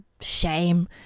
shame